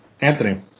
Anthony